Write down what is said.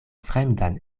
fremdan